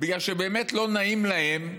בגלל שבאמת לא נעים להם,